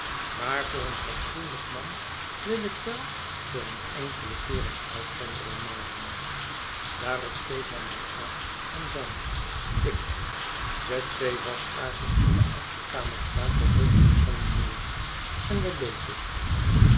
maar voor een fatsoenlijk man wil ik wel voor een enkelen keer een uitzondering maken daarop keek hij my aan en zei ikey zet twee waskaarsen in de achterkamer klaar voor rekening van meneer en dat deed ik